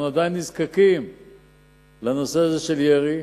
שאנחנו עדיין נזקקים לנושא הזה של ירי,